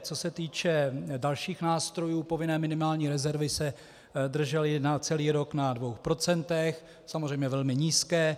Co se týče dalších nástrojů, povinné minimální rezervy se držely celý rok na 2 %, samozřejmě velmi nízké.